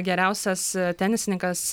geriausias tenisininkas